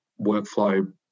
workflow